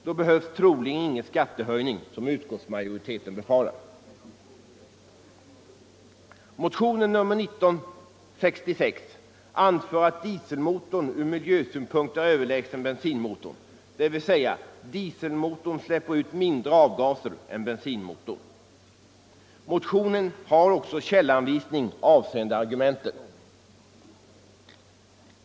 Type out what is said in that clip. Då behövs troligen inte den skattehöjning som utskottsmajoriteten befarar. I motionen 1966 anförs att dieselmotorn från miljösynpunkt är överlägsen bensinmotorn, dvs. dieselmotorn släpper ut mindre avgaser än bensinmotorn. Motionen innehåller också en källanvisning avseende argumenten.